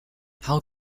how